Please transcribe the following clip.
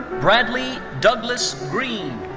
bradley douglas green.